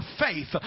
faith